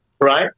Right